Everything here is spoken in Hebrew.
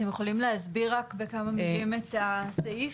אתם יכולים להסביר רק בכמה מילים את הסעיף?